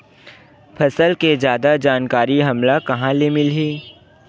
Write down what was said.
फसल के जादा जानकारी हमला कहां ले मिलही?